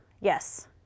Yes